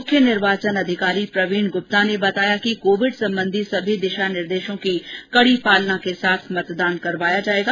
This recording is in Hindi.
मुख्य निर्वाचन अधिकारी प्रवीण गुप्ता ने बताया कि कोविड संबंधी सभी दिशा निर्देशों की कड़ी पालना के साथ मतदान कराया जायेगा